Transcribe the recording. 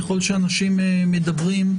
ככל שאנשים מדברים,